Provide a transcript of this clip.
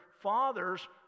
fathers